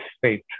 faith